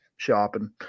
Shopping